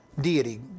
Deity